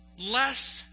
Less